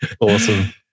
Awesome